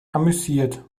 amüsiert